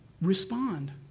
respond